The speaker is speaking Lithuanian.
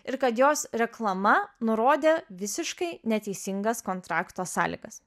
ir kad jos reklama nurodė visiškai neteisingas kontrakto sąlygas